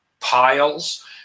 piles